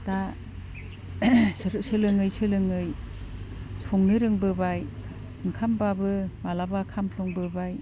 दा सोलोङै सोलोङै संनो रोंबोबाय ओंखामबाबो माब्लाबा खामफ्लांबोबाय